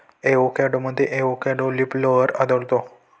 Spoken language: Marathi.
एवोकॅडोमध्ये एवोकॅडो लीफ रोलर आढळतो